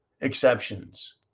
exceptions